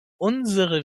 unsere